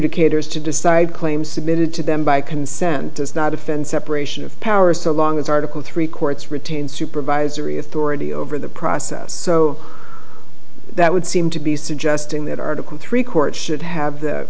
adjudicators to decide claims submitted to them by consent does not offend separation of powers so long as article three courts retain supervisory authority over the process so that would seem to be suggesting that article three courts should have the